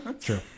True